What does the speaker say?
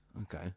Okay